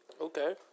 Okay